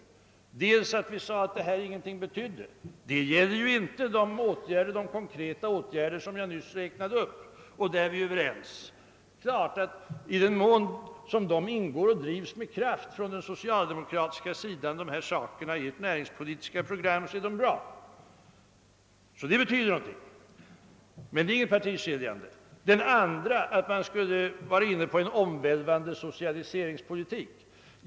Vi skulle å ena sidan ha sagt, att det socialdemokratiska näringspolitiska programmet ingenting betydde. Detta gäller ju inte de konkreta åtgärder jag nyss räknade upp och beträffande vilka vi är överens. I den mån dessa saker ingår i socialdemokraternas näringspolitiska program och drivs med kraft, så är det bra. Detta är alltså ingenting partiskiljande. Å andra sidan anklagas vi för att ha sagt, att socialdemokratin var inne på en omvälvande =<socialiseringspolitik.